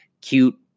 cute